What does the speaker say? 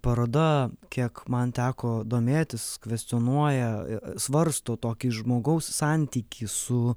paroda kiek man teko domėtis kvestionuoja svarsto tokį žmogaus santykį su